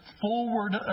forward